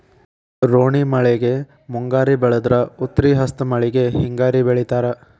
ರೋಣಿ ಮಳೆಗೆ ಮುಂಗಾರಿ ಬೆಳದ್ರ ಉತ್ರಿ ಹಸ್ತ್ ಮಳಿಗೆ ಹಿಂಗಾರಿ ಬೆಳಿತಾರ